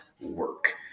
work